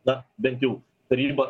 na bent jau taryba